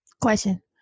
Question